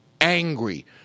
angry